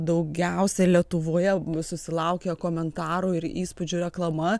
daugiausia lietuvoje susilaukia komentarų ir įspūdžių reklama